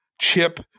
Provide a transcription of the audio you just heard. chip –